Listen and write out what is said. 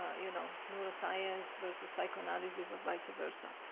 you know, neuroscience versus psychoanalysis or vice-versa.